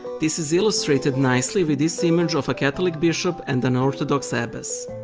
this is illustrated nicely with this image of a catholic bishop and an orthodox ah abbess.